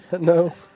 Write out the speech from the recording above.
No